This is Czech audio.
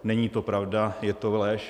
Není to pravda, je to lež.